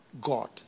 god